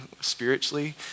spiritually